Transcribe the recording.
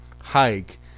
hike